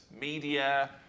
media